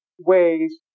ways